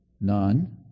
none